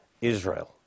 Israel